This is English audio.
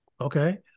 Okay